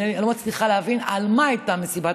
אני לא מצליחה להבין על מה הייתה מסיבת